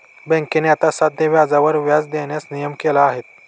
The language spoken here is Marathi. बँकेने आता साध्या व्याजावर व्याज देण्याचा नियम केला आहे